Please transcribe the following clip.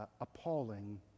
appalling